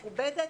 מכובדת,